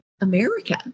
America